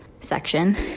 section